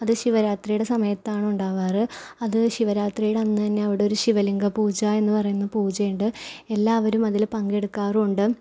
അത് ശിവരാത്രിയുടെ സമയത്താണ് ഉണ്ടാവാറ് അത് ശിവരാത്രിയുടെ അന്നുതന്നെ അവിടെയൊരു ശിവലിംഗ പൂജ എന്ന് പറയുന്ന പൂജ ഉണ്ട് എല്ലാവരും അതിൽ പങ്കെടുക്കാറുവുണ്ട്